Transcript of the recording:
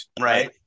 Right